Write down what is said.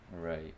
Right